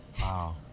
Wow